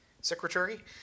secretary